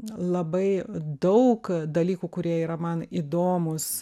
labai daug dalykų kurie yra man įdomūs